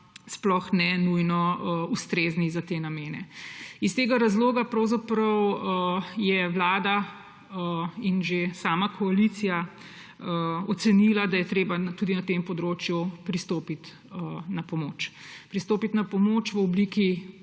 sploh ne nujno ustrezni za te namene. Iz tega razloga je Vlada in že sama koalicija ocenila, da je treba tudi na tem področju pristopiti na pomoč, pristopiti na pomoč v obliki